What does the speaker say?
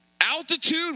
Altitude